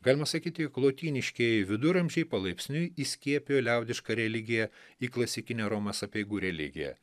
galima sakyti jog lotyniškieji viduramžiai palaipsniui įskiepijo liaudišką religiją į klasikinę romos apeigų religiją